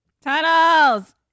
tunnels